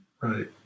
right